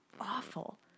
awful